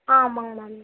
ஆமாங்க மேம்